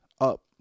up